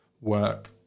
work